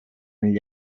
gli